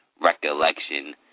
recollection